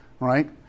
Right